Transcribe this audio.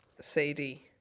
Sadie